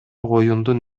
оюндун